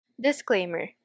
Disclaimer